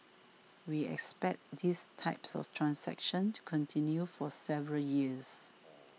we expect these types of transactions to continue for several years